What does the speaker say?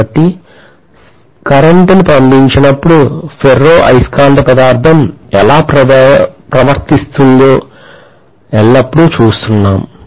కాబట్టి కరెంటును పంపించినప్పుడు ఫెర్రో అయస్కాంత పదార్థం ఎలా ప్రవర్తిస్తుందో ఎల్లప్పుడూ చూస్తున్నాము